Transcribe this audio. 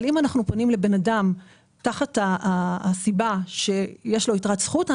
אבל אם אנחנו פונים לבן אדם תחת הסיבה שיש לו יתרת זכות,